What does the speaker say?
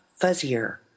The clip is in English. fuzzier